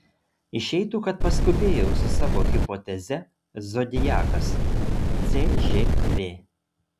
išeitų kad paskubėjau su savo hipoteze zodiakas cžv